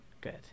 Good